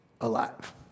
alive